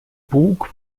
bug